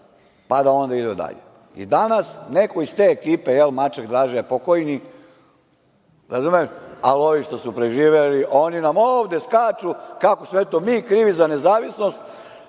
pa da onda idu dalje.I, danas neko iz te ekipe, mačak Draža je pokojni, ali ovi što su preživeli, oni nam ovde skaču, kako smo, eto, mi krivi za nezavisnost,